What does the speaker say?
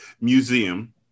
museum